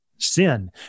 sin